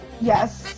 yes